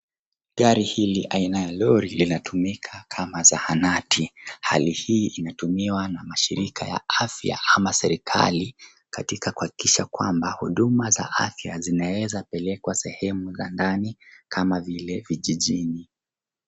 Gari hili aina ya lori linatumika kama zahanati. Hali hii imetumiwa na mashirika ya afya ama serikali, katika kuhakikisha kwamba huduma za afya zinaweza pelekwa sehemu za ndani, kama vile vijijini.